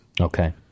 Okay